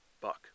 Buck